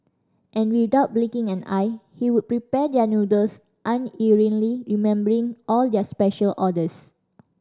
and without blinking an eye he would prepare their noodles unerringly remembering all their special orders